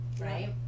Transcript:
right